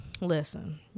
listen